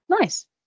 Nice